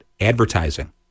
advertising